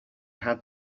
had